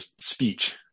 speech